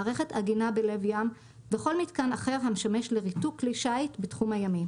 מערכת עגינה בלב ים וכל מיתקן אחר המשמש לריתוק כלי שיט בתחום הימי,